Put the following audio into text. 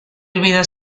olvida